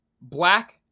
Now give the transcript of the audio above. black